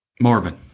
Marvin